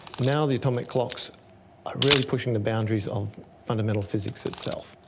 now the atomic clocks are really pushing the boundaries of fundamental physics itself.